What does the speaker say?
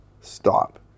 stop